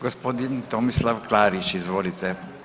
Gospodin Tomislav Klarić, izvolite.